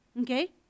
okay